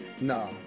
No